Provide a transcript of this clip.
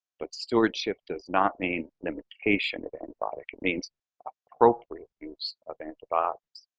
but stewardship does not mean limitation of antibiotic. it means appropriate use of antibiotics.